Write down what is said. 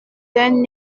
d’un